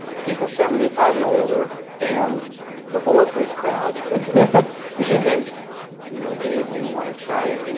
people seventy five and older and the bulletproof crowd because you know dave you want to try and you know